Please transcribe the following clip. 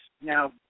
now